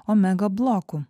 omega bloku